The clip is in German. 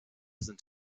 sind